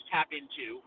TapInto